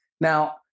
Now